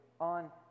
on